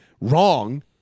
wrong